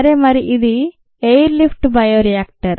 సరే మరి ఇదే ఎయిర్ లిఫ్ట్ బయోరియాక్టర్